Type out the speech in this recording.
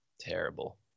terrible